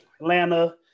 Atlanta